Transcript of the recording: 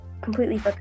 completely